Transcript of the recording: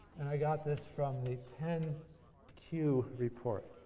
and i got this from the ten q report.